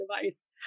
device